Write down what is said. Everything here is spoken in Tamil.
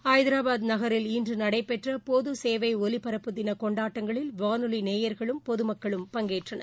ஐதராபாத் நகரில் இன்று நடைபெற்ற பொது சேவை ஒலிபரப்பு தினக் கொண்டாட்டங்களில் வானொலி நேயர்களும் பொது மக்களும் பங்கேற்றனர்